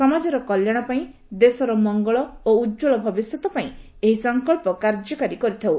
ସମାଜର କଲ୍ୟାଣ ପାଇଁ ଦେଶର ମଙ୍ଗଳ ଓ ଉଜ୍ୱଳ ଭବିଷ୍ରତ ପାଇଁ ଏହି ସଙ୍କଳ୍ପ କାର୍ଯ୍ୟକାରୀ କରିଥାଉ